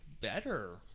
better